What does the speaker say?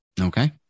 Okay